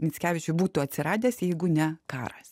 mickevičiui būtų atsiradęs jeigu ne karas